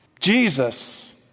Jesus